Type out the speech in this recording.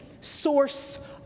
source